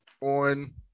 on